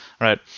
right